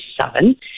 seven